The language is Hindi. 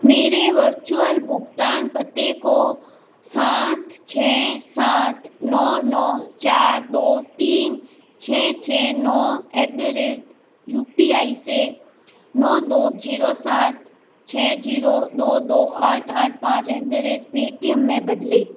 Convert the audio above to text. मेरे वर्चुअल भुगतान पते को सात छः सात नौ नौ चार दौ तीन छः छः नौ at the rate UPI से नौ दौ ज़ीरो सात छः ज़ीरो दौ दौ आठ आठ पाँच ऐट द रेट पेटिएम में बदलें